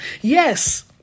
Yes